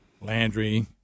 Landry